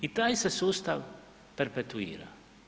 I taj se sustav perpetuira.